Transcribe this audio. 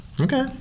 Okay